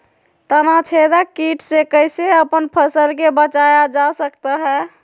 तनाछेदक किट से कैसे अपन फसल के बचाया जा सकता हैं?